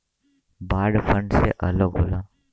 bond fund से अलग होला